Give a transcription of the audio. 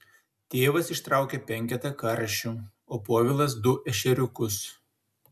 tėvas ištraukia penketą karšių o povilas du ešeriukus